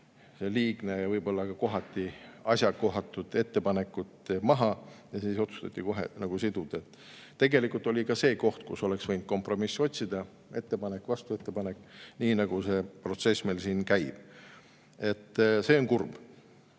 need liigsed ja võib-olla kohati asjakohatud ettepanekud maha võtta, vaid otsustati kohe [eelnõu usaldusega] siduda. Tegelikult oli see koht, kus oleks võinud kompromissi otsida: ettepanek, vastuettepanek, nii nagu see protsess meil käib. See on kurb.